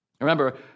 Remember